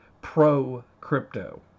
pro-crypto